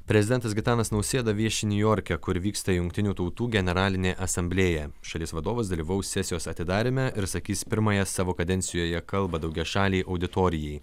prezidentas gitanas nausėda vieši niujorke kur vyksta jungtinių tautų generalinė asamblėja šalies vadovas dalyvaus sesijos atidaryme ir sakys pirmąją savo kadencijoje kalbą daugiašalei auditorijai